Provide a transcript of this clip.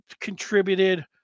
contributed